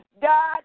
God